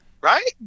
right